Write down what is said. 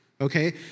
Okay